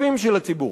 כספים של הציבור,